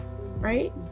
right